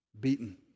beaten